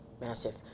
Massive